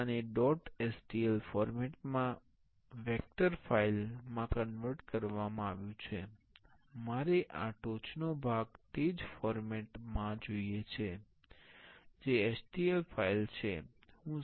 હવે આને dot STL format માં વેક્ટર ફાઇલ માં કન્વર્ટ કરવામાં આવ્યું છે મારે આ ટોચનો ભાગ તે જ ફોર્મેટ માં જોઈએ છે જે stl ફાઇલ છે